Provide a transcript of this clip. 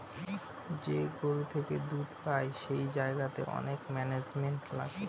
যে গরু থেকে দুধ পাই সেই জায়গাতে অনেক ম্যানেজমেন্ট লাগে